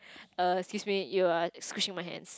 err excuse me you are squishing my hands